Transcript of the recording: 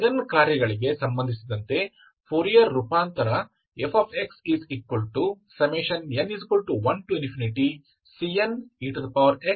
ಈ ಐಗನ್ ಕಾರ್ಯಗಳಿಗೆ ಸಂಬಂಧಿಸಿದಂತೆ ಫೋರಿಯರ್ ರೂಪಾಂತರ fxn1cnexsin nx ನಿಮ್ಮ ಫೋರಿಯರ್ ಸರಣಿಯಾಗಿದೆ